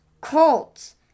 Colts